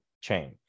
chain